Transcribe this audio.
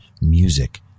music